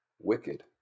wicked